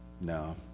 No